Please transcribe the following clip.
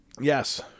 Yes